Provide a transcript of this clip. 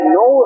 no